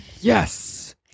yes